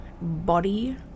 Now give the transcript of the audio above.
body